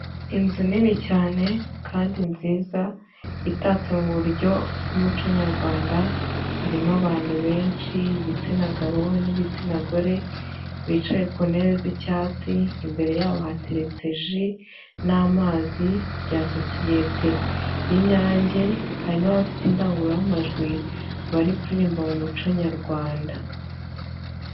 Inzu nini cyane kandi nziza itatse mu buryo bw'umuco Nyarwanda, harimo abantu benshi igitsina gabo n'igitsina gore, bicaye ku ntebe z'icyatsi, imbere yabo hateretse ji n'amazi bya sosiyete y'inyange, hari n'abafite indangururamajwi bari kuririmba mu muco Nyarwanda.